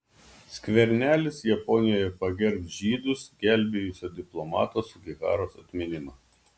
skvernelis japonijoje pagerbs žydus gelbėjusio diplomato sugiharos atminimą